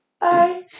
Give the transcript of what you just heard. Bye